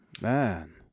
Man